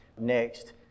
next